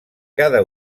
cada